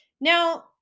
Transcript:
Now